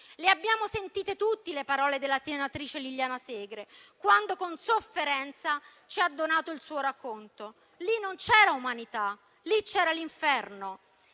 Le abbiamo sentite tutti le parole della senatrice Liliana Segre, quando con sofferenza ci ha donato il suo racconto. Lì non c'era umanità, lì c'era l'inferno.